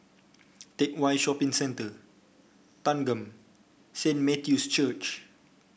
Teck Whye Shopping Centre Thanggam Saint Matthew's Church